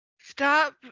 Stop